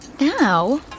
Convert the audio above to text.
Now